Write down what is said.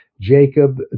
Jacob